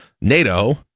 NATO